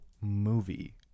movie